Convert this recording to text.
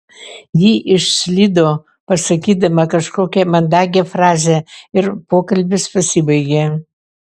ji išslydo pasakydama kažkokią mandagią frazę ir pokalbis pasibaigė